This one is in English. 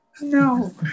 No